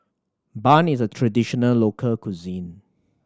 bun is a traditional local cuisine